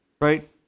right